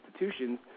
institutions